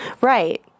Right